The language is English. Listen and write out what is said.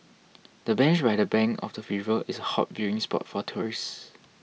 the bench by the bank of the river is a hot viewing spot for tourists